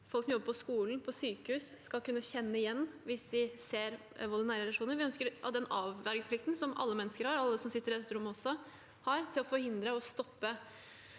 folk som jobber på skolen eller på sykehus, skal kunne kjenne det igjen hvis de ser vold i nære relasjoner. Vi ønsker at den avvergingsplikten alle mennesker har – også alle som sitter i dette rommet – til å forhindre og stoppe